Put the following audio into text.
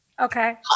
Okay